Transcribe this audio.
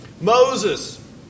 Moses